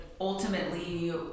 ultimately